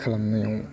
खालामनायाव